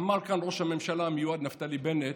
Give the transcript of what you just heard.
אמר כאן ראש הממשלה המיועד נפתלי בנט,